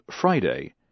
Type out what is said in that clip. Friday